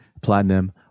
platinum